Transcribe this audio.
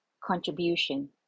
contribution